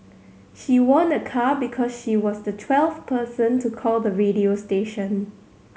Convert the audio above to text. she won a car because she was the twelfth person to call the radio station